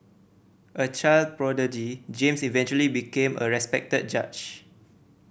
a child prodigy James eventually became a respected judge